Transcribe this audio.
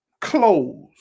Clothes